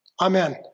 Amen